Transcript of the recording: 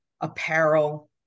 apparel